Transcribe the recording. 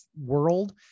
world